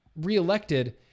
reelected